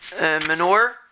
manure